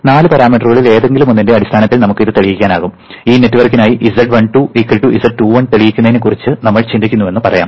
നാല് പാരാമീറ്ററുകളിൽ ഏതെങ്കിലുമൊന്നിന്റെ അടിസ്ഥാനത്തിൽ നമുക്ക് ഇത് തെളിയിക്കാനാകും ഈ നെറ്റ്വർക്കിനായി z12 z21 തെളിയിക്കുന്നതിനെക്കുറിച്ച് നമ്മൾ ചിന്തിക്കുന്നുവെന്ന് പറയാം